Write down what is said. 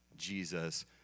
Jesus